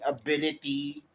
ability